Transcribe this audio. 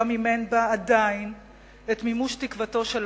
גם אם אין בה עדיין את מימוש תקוותו של